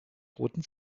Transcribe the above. roten